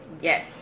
Yes